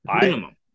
Minimum